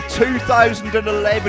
2011